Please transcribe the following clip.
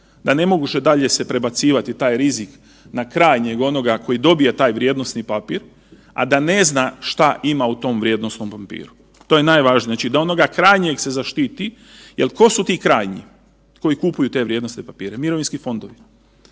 da ne može dalje se prebacivati taj rizik na krajnjeg onoga tko dobije taj vrijednosni papir, a da ne zna što ima u tom vrijednosnom papiru. To je najvažnije, znači da onoga krajnjega se zaštiti. Jer, tko su ti krajnji, koji kupuju te vrijednosne papire? Mirovinski fondovi.